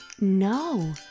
No